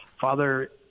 Father